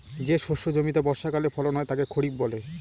যে শস্য জমিতে বর্ষাকালে ফলন হয় তাকে খরিফ বলে